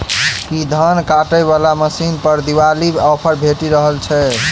की धान काटय वला मशीन पर दिवाली ऑफर भेटि रहल छै?